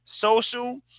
social